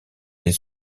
les